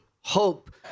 hope